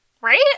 Right